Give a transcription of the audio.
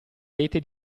rete